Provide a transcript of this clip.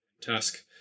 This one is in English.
task